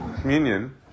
communion